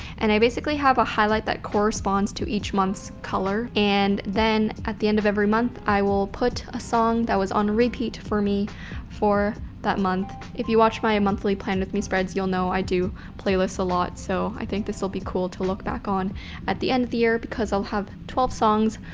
and i basically have a highlight that corresponds to each month's color. and then at the end of every month i will put a song that was on repeat for me for that month. if you watch my monthly plan with me spreads you'll know i do playlists a lot so i think this'll be cool to look back on at the end of the year because i'll have twelve songs,